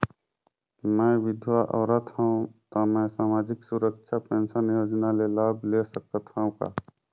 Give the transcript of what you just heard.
मैं विधवा औरत हवं त मै समाजिक सुरक्षा पेंशन योजना ले लाभ ले सकथे हव का?